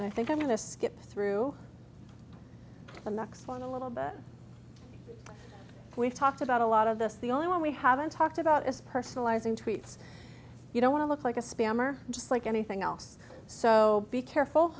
and i think having this get through the next one a little bit we've talked about a lot of this the only one we haven't talked about is personalizing tweets you don't want to look like a spammer just like anything else so be careful